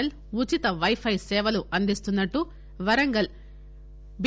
L ఉచిత wifi సేవలు అందిస్తున్నట్లు వరంగల్ బి